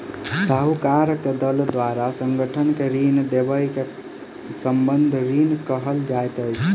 साहूकारक दल द्वारा संगठन के ऋण देबअ के संबंद्ध ऋण कहल जाइत अछि